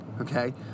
okay